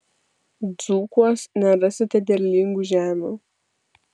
dzūkuos nerasite derlingų žemių